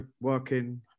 working